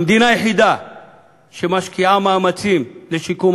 המדינה היחידה שמשקיעה מאמצים לשיקום